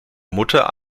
mutter